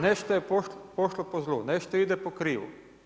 Nešto je pošlo po zlu, nešto ide po krivu.